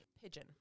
Pigeon